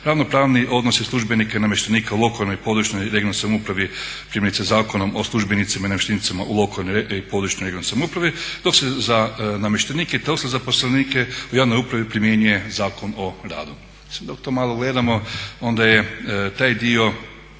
ravnopravni odnosi službenika i namještenika u lokalnoj i područnoj regionalnoj samoupravi primjerice Zakonom o službenicima i namještenicima u lokalnoj i područnoj (regionalnoj) samoupravi dok se za namještenike i ostale zaposlenike u javnoj upravi primjenjuje Zakon o radu.